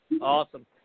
Awesome